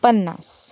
पन्नास